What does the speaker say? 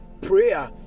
prayer